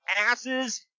Asses